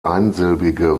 einsilbige